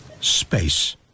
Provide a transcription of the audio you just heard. Space